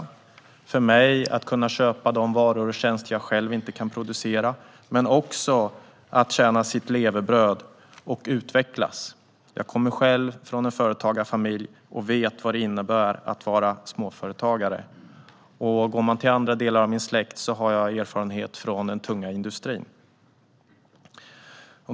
Det handlar om att kunna köpa de varor och tjänster man själv inte kan producera men också om att tjäna sitt levebröd och utvecklas. Jag kommer själv från en företagarfamilj och vet vad det innebär att vara småföretagare. I andra delar av min släkt finns erfarenhet av den tunga industrin.